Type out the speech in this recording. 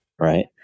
right